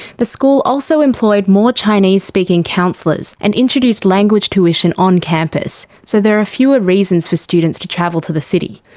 the school also employed more chinese-speaking counsellors and introduced language tuition on campus, so there are fewer reasons for students to travel to the city.